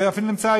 זה אפילו נמצא,